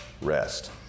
rest